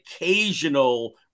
occasional